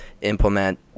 implement